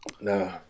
No